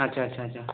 ଆଚ୍ଛା ଆଚ୍ଛା ଆଚ୍ଛା